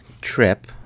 trip